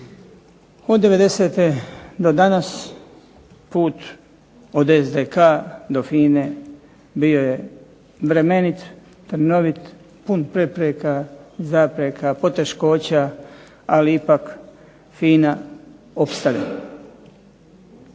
Od 90. do danas put od SDK do FINA-e bio je bremenit, trnovit, pun prepreka, zapreka, poteškoća ali ipak FINA opstaje.